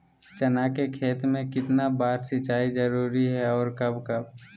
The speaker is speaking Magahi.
चना के खेत में कितना बार सिंचाई जरुरी है और कब कब?